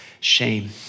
shame